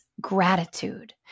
gratitude